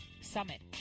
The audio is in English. summit